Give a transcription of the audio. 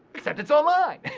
except it's online.